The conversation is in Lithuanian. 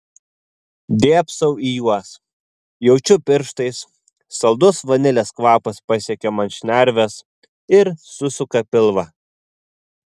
dėbsau į juos jaučiu pirštais saldus vanilės kvapas pasiekia man šnerves ir susuka pilvą